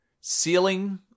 ceiling